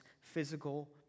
physical